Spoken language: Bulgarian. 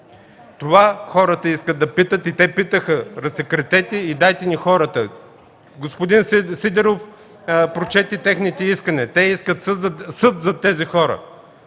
Това хората искат да питат и те питаха: разсекретете и дайте ни хората. Господин Сидеров прочете техните искания. Те искат съд за тези хора.